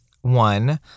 one